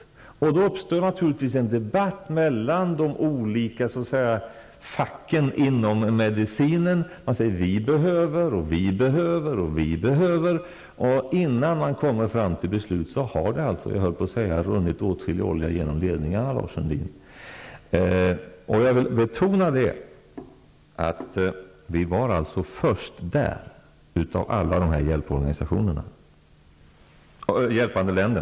En debatt uppstår då naturligtvis mellan de olika facken inom medicinen, och alla säger vad just de behöver. Innan man kommer fram till beslut har det, skulle man kunna säga, runnit åtskillig olja genom ledningarna. Men jag vill betona att vi var först där av alla hjälpande länder.